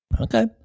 Okay